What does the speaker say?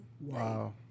Wow